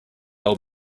old